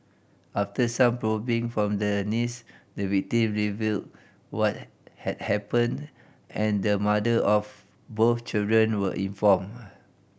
after some probing from the niece the victim revealed what had happened and the mother of both children were informed